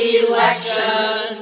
election